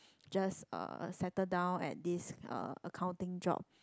just uh settle down at this uh accounting job